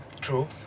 True